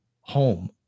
home